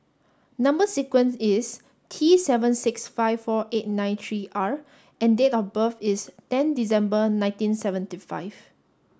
number sequence is T seven six five four eight nine three R and date of birth is ten December nineteen seventy five